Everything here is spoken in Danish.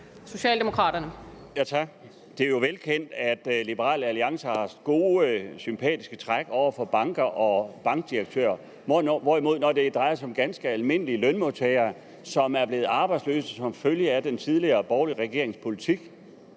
Det er jo velkendt, at Liberal Alliance har godt med sympati for banker og bankdirektører, hvorimod det ikke er sådan, når det drejer sig om ganske almindelige lønmodtagere, som er blevet arbejdsløse som følge af den foregående borgerlige regerings politik.